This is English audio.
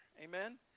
Amen